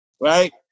right